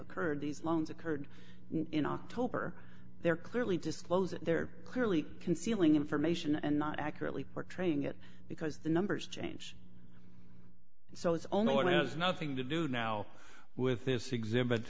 occurred these loans occurred in october they're clearly disclosing they're clearly concealing information and not accurately portraying it because the numbers change so it's all no one has nothing to do now with